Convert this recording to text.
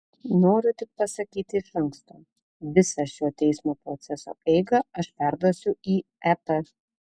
noriu tik pasakyti iš anksto visą šio teismo proceso eigą aš perduosiu į ep